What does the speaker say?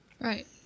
Right